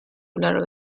larga